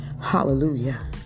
hallelujah